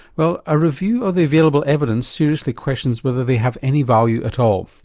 well a review of the available evidence seriously questions whether they have any value at all.